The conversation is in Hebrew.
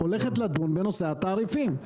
נדמה לי הולך לדון בנושא התעריפים.